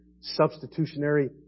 substitutionary